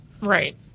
Right